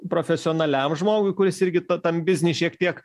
profesionaliam žmogui kuris irgi ta tam bizny šiek tiek